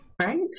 Right